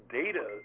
data